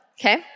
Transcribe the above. okay